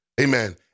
Amen